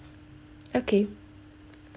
okay